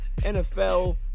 NFL